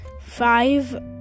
five